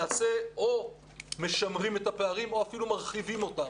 אנחנו או משמרים את הפערים או אפילו מרחיבים אותם.